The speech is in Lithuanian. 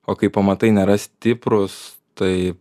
o kai pamatai nėra stiprūs tai